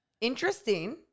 Interesting